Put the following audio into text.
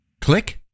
click